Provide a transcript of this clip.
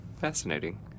fascinating